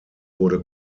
wurde